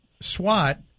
SWAT